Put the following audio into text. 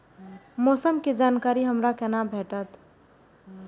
मौसम के जानकारी हमरा केना भेटैत?